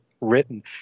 written